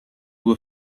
were